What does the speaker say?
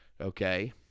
Okay